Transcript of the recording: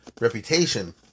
reputation